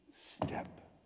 step